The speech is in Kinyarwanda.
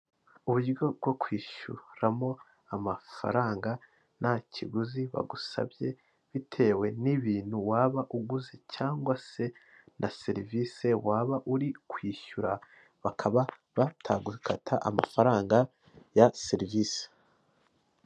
Uburyo bwo kwishyuramo amafaranga nta kiguzi bagusabye, bitewe n'ibintu waba uguze, cyangwa se na serivisi waba uri kwishyura bakaba batagukata amafaranga ya serivisi.